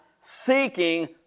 seeking